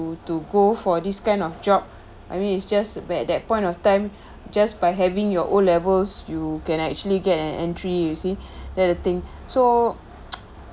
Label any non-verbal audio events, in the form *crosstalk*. to to go for this kind of job I mean it's just where that point of time just by having your o levels you can actually get an entry you see there the thing so *noise*